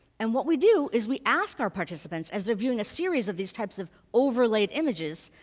and what we do is we ask our participants as they're viewing a series of these types of overlaid images,